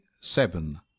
Seven